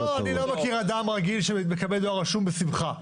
אני לא מכיר אדם רגיל שמקבל דואר רשום בשמחה.